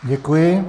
Děkuji.